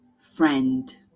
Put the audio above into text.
friend